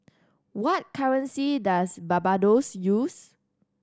what currency does Barbados use